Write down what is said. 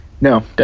No